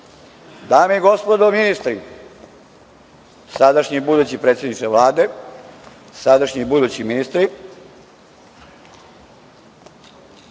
i gospodo ministri, sadašnji i budući predsedniče Vlade, sadašnji i budući ministri,